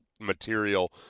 material